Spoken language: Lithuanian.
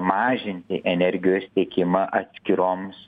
mažinti energijos tiekimą atskiroms